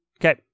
Okay